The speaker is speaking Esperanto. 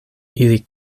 ili